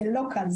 זה לא קל,